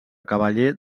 cavaller